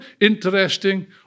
interesting